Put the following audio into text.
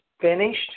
finished